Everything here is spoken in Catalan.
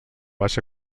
baix